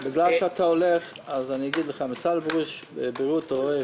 בגלל שאתה הולך, אומר לך משרד הבריאות דורש